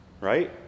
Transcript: Right